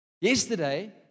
Yesterday